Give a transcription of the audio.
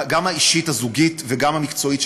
גם האישית הזוגית וגם המקצועית,